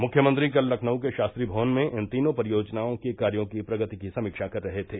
मुख्यमंत्री कल लखनऊ के शास्त्री भवन में इन तीनों परियोजनाओं के कार्यो की प्रगति की समीक्षा कर रहे थे